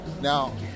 Now